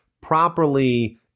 properly